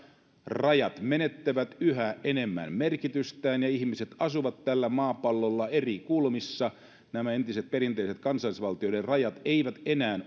rajat menettävät yhä enemmän merkitystään ihmiset asuvat tällä maapallolla eri kulmissa ja nämä entiset perinteiset kansallisvaltioiden rajat eivät enää